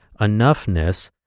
enoughness